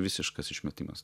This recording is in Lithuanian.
visiškas išmetimas